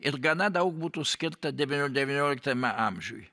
ir gana daug būtų skirta devynio devynioliktam amžiui